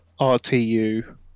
rtu